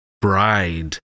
bride